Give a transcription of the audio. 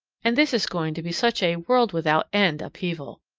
and this is going to be such a world-without-end upheaval!